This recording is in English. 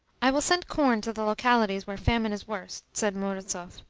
i will send corn to the localities where famine is worst, said murazov,